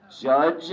Judge